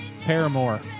Paramore